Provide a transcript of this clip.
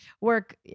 work